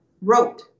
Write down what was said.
wrote